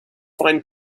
find